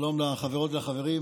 שלום לחברות ולחברים.